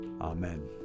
Amen